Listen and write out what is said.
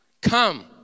come